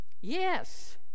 yes